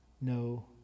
no